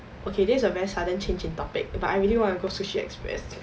okay this is a very sudden change in topic but I really want to go sushi express